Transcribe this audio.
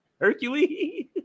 Hercules